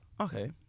okay